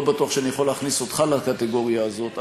לא בטוח שאני יכול להכניס אותך לקטגוריה הזאת,